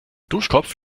duschkopf